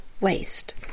waste